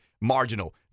marginal